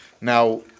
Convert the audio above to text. Now